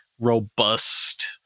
robust